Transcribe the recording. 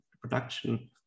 production